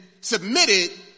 submitted